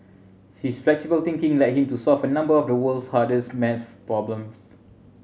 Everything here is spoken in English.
his flexible thinking led him to solve a number of the world's hardest maths problems